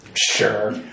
Sure